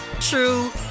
true